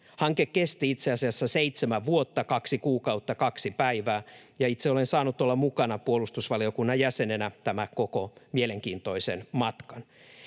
Hanke kesti itseasiassa 7 vuotta 2 kuukautta 2 päivää, ja itse olen saanut olla mukana puolustusvaliokunnan jäsenenä tämän koko mielenkiintoisen matkan.